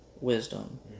wisdom